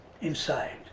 inside